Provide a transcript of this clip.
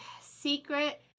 Secret